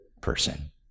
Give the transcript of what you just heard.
person